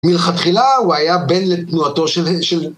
מלכתחילה הוא היה בן לתנועתו של..